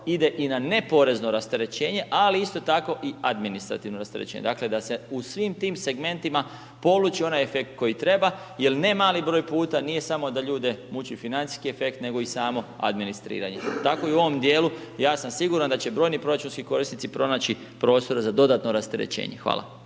ide i na neporezno rasterećenje, ali isto tako i administrativno rasterećenje. Dakle, da se u svim tim segmentima poluči onaj efekt koji treba, jel ne mali broj puta, nije samo da ljude muči financijski efekt, nego i samo administriranje. Tako i u ovom dijelu, ja sam siguran da će brojni proračunski korisnici pronaći prostora za dodatno rasterećenje, hvala.